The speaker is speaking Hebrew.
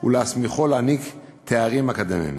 ולהסמיכו להעניק תארים אקדמיים.